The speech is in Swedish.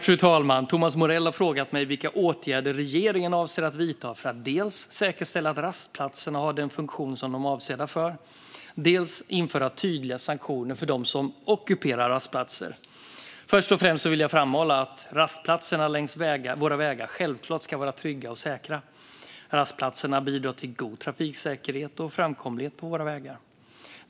Fru talman! Thomas Morell har frågat mig vilka åtgärder regeringen avser att vidta för att dels säkerställa att rastplatserna har den funktion de är avsedda för, dels införa tydliga sanktioner för dem som ockuperar rastplatser. Först och främst vill jag framhålla att rastplatserna längs våra vägar självklart ska vara trygga och säkra. Rastplatserna bidrar till god trafiksäkerhet och framkomlighet på våra vägar.